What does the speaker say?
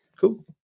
Cool